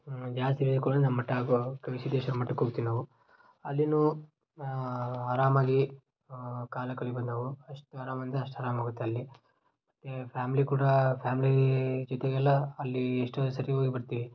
ಹ್ಞೂ ಜಾಸ್ತಿ ನಮ್ಮ ಮಠ ಹಾಗೂ ಗವಿ ಸಿದ್ದೇಶ್ವರ ಮಠಕ್ಕೆ ಹೋಗ್ತಿವ್ ನಾವು ಅಲ್ಲಿಯೂ ಆರಾಮಾಗೀ ಕಾಲ ಕಳಿಬೋದು ನಾವು ಅಷ್ಟು ಆರಾಮ್ ಅಂದ್ರೆ ಅಷ್ಟು ಅರಾಮಾಗುತ್ತೆ ಅಲ್ಲಿ ಮತ್ತು ಫ್ಯಾಮಿಲಿ ಕೂಡಾ ಫ್ಯಾಮ್ಲೀ ಜೊತೆಗೆಲ್ಲಾ ಅಲ್ಲೀ ಎಷ್ಟೋ ಸರಿ ಹೋಗಿ ಬರ್ತೀವಿ